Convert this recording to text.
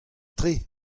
tre